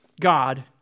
God